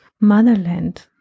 motherland